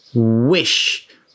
Wish